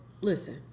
listen